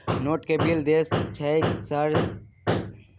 Net से bill देश सक छै यह सर?